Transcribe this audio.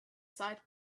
side